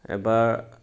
এবাৰ